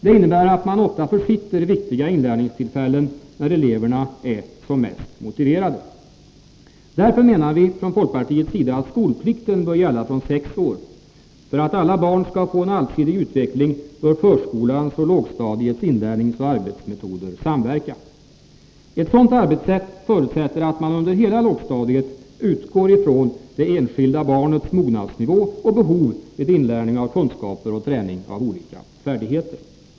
Det innebär att man ofta försitter viktiga inlärningstillfällen när eleverna är som mest motiverade. Därför menar vi i folkpartiet att skolplikten bör gälla från sex år. För att alla barn skall få en allsidig utveckling bör förskolans och lågstadiets inlärningsoch arbetsmetoder samverka. Ett sådant arbetssätt förutsätter att man under hela lågstadiet utgår ifrån det enskilda barnets mognadsnivå och behov vid inlärning av kunskaper och träning av olika färdigheter.